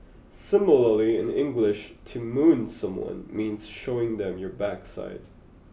similarly in English to moon someone means showing them your backside